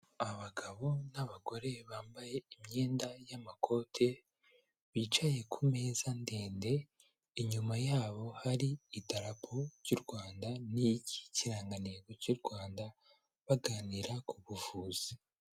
Abagabo n'abagore bambaye imyenda y'amakote, bicaye ku meza ndende, inyuma yabo hari idarapo ry'u Rwanda n'ikirangantego cy'u Rwanda, baganira ku buvuzi.